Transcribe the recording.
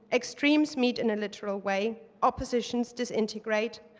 extremes meet in a literal way. oppositions disintegrate,